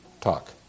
talk